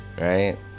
right